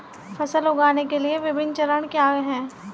फसल उगाने के विभिन्न चरण क्या हैं?